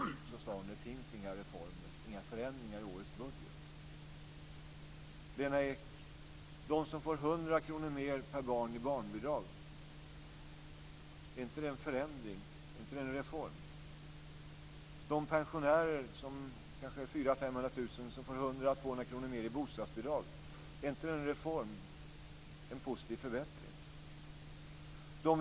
Hon sade att det inte finns några förändringar och reformer i årets budget. Att föräldrar får 100 kr mer per barn i barnbidrag, Lena Ek, är inte det en förändring, är inte det en reform? Att kanske 400 000-500 000 pensionärer får 100-200 kr mer i bostadsbidrag, är inte det en reform, en positiv förbättring?